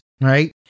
right